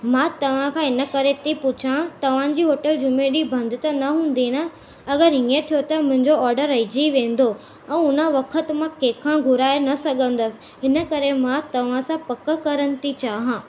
मां तव्हां खां इन करे थी पुछा तव्हांजी होटल जुमें ॾींहुं बंदि न हूंदी न अगरि ईअं थियो त मुंहिंजो ऑडर रहिजी वेंदो ऐं उन वक़्त मां कंहिं खां घुराए न सघंदसि इन करे मां तव्हां सां पकु करण थी चाहियां